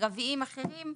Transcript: מרביים אחרים,